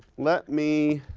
let me